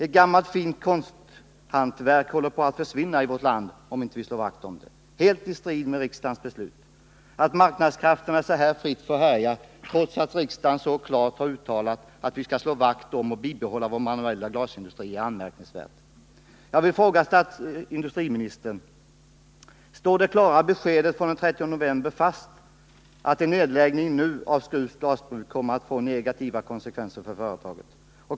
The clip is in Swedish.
Ett gammalt fint konsthantverk kommer att försvinna i vårt land, om vi inte slår vakt om det. Att marknadskrafterna så här fritt får härja trots att riksdagen så klart har uttalat att vi skall slå vakt om och bibehålla vår manuella glasindustri är anmärkningsvärt. Jag vill fråga industriministern: Står det klara beskedet från den 30 november fast att en nedläggning nu av Skrufs glasbruk kommer att få negativa konsekvenser för företaget?